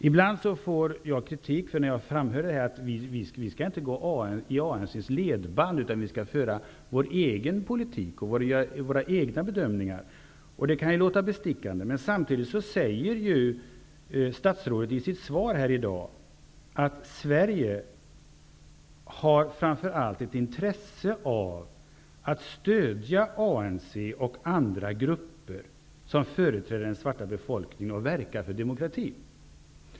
Ibland får jag när jag framför detta kritik av innebörden att vi inte skall gå i ANC:s ledband utan föra vår egen politik och göra våra egna bedömningar. Men samtidigt säger statsrådet i sitt svar här i dag att Sverige framför allt har ett intresse av att stödja ANC och andra grupper som företräder den svarta befolkningen och verka för demokrati.